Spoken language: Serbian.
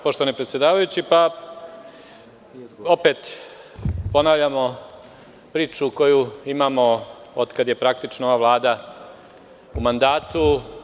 Poštovani predsedavajući, opet ponavljamo priču koju imamo od kada je praktično ova Vlada u mandatu.